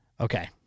Okay